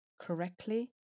correctly